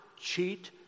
cheat